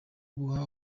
guha